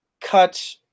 cut